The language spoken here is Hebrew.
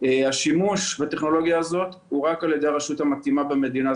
השימוש בטכנולוגיה הזאת הוא רק על ידי הרשות המתאימה במדינה.